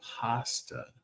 pasta